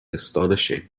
astonishing